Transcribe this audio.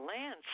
Lance